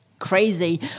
crazy